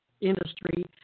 industry